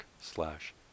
slash